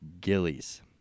Gillies